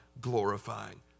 glorifying